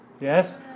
Yes